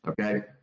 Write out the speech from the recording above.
Okay